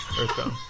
Earthbound